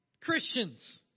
Christians